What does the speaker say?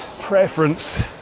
preference